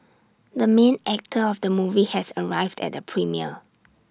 the main actor of the movie has arrived at the premiere